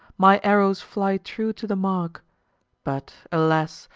my arrows fly true to the mark but, alas!